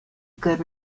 good